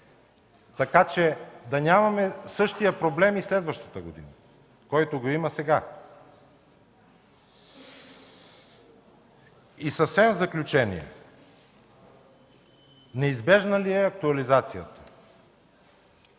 така че да нямаме същия проблем и следващата година, който го има сега. Съвсем в заключение: неизбежна ли е актуализацията?